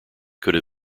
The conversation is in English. could